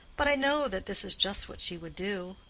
but i know that this is just what she would do.